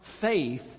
faith